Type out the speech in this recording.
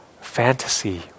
fantasy